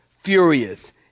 furious